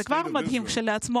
זה כבר מדהים כשלעצמו,